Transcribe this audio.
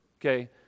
Okay